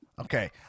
Okay